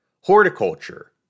horticulture